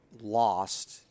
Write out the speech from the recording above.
lost